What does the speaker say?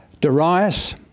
Darius